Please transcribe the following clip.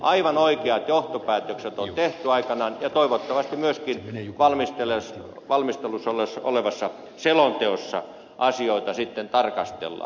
aivan oikeat johtopäätökset on tehty aikanaan ja toivottavasti myöskin valmistelussa olevassa selonteossa asioita sitten tarkastellaan